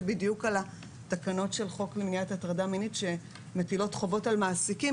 בדיוק על התקנות של חוק למניעת הטרדה מינית שמטילות חובות על מעסיקים.